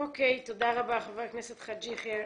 תודה רבה, חבר הכנסת חאג' יחיא.